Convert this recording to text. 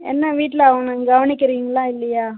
என்ன வீட்டில் அவனை கவனிக்கிறீங்களா இல்லையா